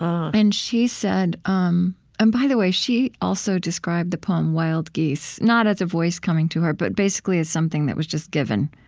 um and she said um and by the way, she also described the poem wild geese not as a voice coming to her, but basically, as something that was just given.